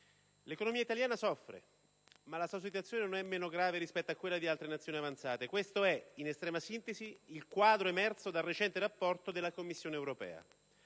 l'economia italiana soffre, ma la sua situazione è meno grave di quella di altre nazioni avanzate; questo è, in estrema sintesi, il quadro emerso dal recente rapporto della Commissione europea.